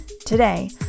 Today